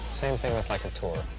same thing with, like, a tour.